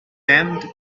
damned